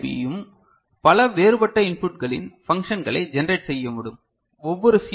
பியும் பல வேறுபட்ட இன்புட்களின் பன்க்ஷங்களை ஜெனரேட் செய்யமுடியும் ஒவ்வொரு சி